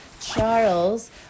Charles